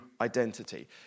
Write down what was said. identity